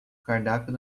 cardápio